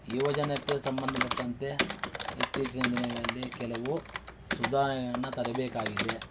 ಯುವಜನತೆಗೆ ಸಂಬಂಧಪಟ್ಟಂತೆ ಇತ್ತೀಚಿನ ದಿನಗಳಲ್ಲಿ ಕೆಲವು ಸುಧಾರಣೆಯನ್ನು ತರಬೇಕಾಗಿದೆ